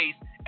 face